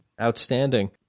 Outstanding